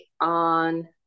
on